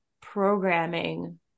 programming